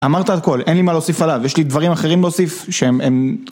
אמרת הכל, אין לי מה להוסיף עליו, יש לי דברים אחרים להוסיף, שהם, הם...